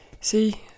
See